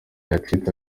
yacitse